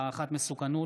והערכת מסוכנות,